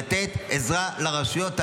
לתת עזרה מיידית לרשויות הללו,